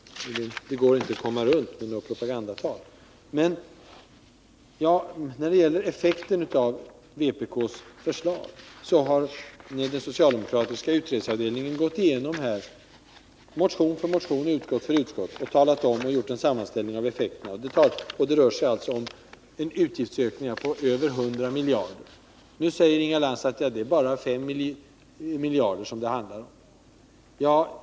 Den socialdemokratiska utredningsavdelningen har gått igenom vpk:s förslag motion för motion och utskott för utskott och gjort en sammanställning av effekterna. Det rör sig om utgiftsökningar på över 100 miljarder. Nu säger Inga Lantz att det bara handlar om 5 miljarder.